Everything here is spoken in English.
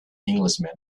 englishman